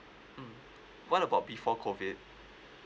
mm what about before COVID